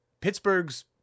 Pittsburgh's